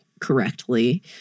correctly